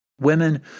women